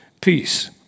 peace